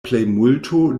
plejmulto